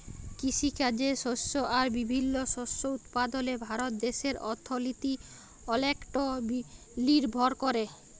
কিসিকাজে শস্য আর বিভিল্ল্য শস্য উৎপাদলে ভারত দ্যাশের অথ্থলিতি অলেকট লিরভর ক্যরে